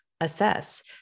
Assess